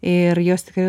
ir jos tikrai